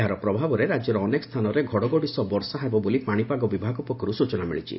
ଏହାର ପ୍ରଭାବରେ ରାକ୍ୟର ଅନେକ ସ୍ତାନରେ ଘଡ଼ଘଡ଼ି ସହ ବର୍ଷା ହେବ ବୋଲି ପାଶିପାଗ ବିଭାଗ ପକ୍ଷରୁ ସୂଚନା ମିଳିଛି